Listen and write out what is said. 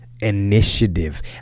initiative